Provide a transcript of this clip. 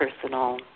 personal